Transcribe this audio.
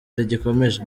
rigikomeje